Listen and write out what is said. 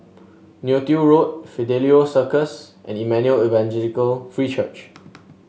Neo Tiew Road Fidelio Circus and Emmanuel Evangelical Free Church